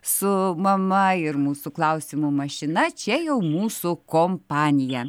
su mama ir mūsų klausimų mašina čia jau mūsų kompanija